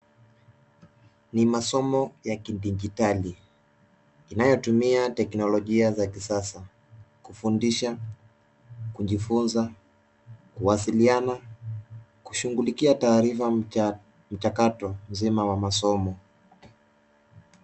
Ni masomo ya kidijitali inayotumia teknolojia za kisasa kufundisha, kujifunza, kuwasiliana, kushughulikia taarifa cha mchakato mzima wa masomo.